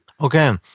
Okay